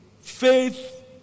faith